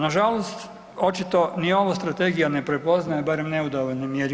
Nažalost očito ni ova strategija ne prepoznaje, barem ne u dovoljnoj mjeri.